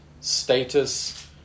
status